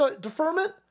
deferment